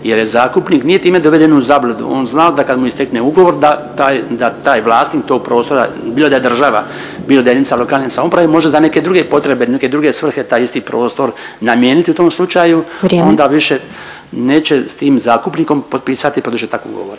jer je zakupnik nije time doveden u zabludu. On zna da kad mu istekne ugovor da taj, da taj vlasnik tog prostora bilo da je država, bilo da je jedinica lokalne samouprave može za neke druge potrebe neke druge svrhe taj isti prostor namijeniti u tom slučaju …/Upadica Glasovac: Vrijeme./… onda više neće s tim zakupnikom potpisati produžetak ugovora.